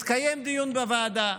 התקיים דיון בוועדה.